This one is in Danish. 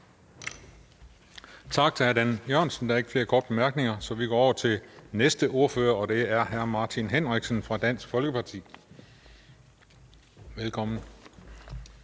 Tak til hr. Dan Jørgensen. Der er ikke flere korte bemærkninger. Vi går til den næste ordfører, og det er hr. Martin Henriksen fra Dansk Folkeparti. Velkommen.